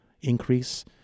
increase